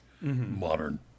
modern